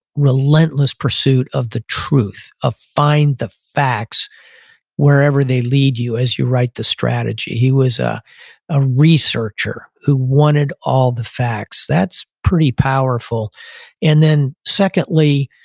relentless pursuit of the truth, of find the facts wherever they lead you as you write the strategy. he was ah a researcher who wanted all the facts. that's pretty powerful and then, secondly,